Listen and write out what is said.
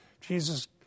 Jesus